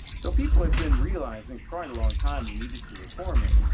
so people had been realizing for quite a long time we needed to reform it,